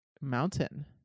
mountain